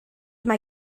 mae